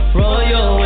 royal